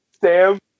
Sam